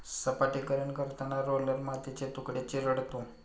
सपाटीकरण करताना रोलर मातीचे तुकडे चिरडतो